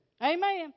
Amen